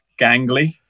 gangly